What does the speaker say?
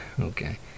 Okay